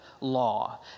law